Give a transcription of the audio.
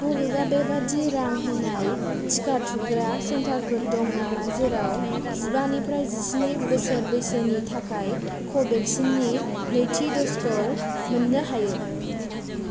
बबेबा बेबादि रां होनाय टिका थुग्रा सेन्टारफोर दं नामा जेराव जिबा निफ्राय जिस्नि बोसोर बैसोनि थाखाय कभेक्सिननि नैथि दजखौ मोन्नो हायो